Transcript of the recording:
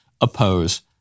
oppose